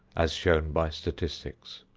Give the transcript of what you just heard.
as shown by statistics.